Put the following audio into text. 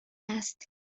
است